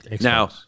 now